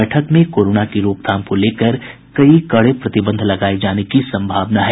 बैठक में कोरोना की रोकथाम को लेकर कई कड़े प्रतिबंध लगाये जाने की सम्भावना है